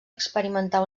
experimentar